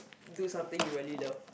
do something you really love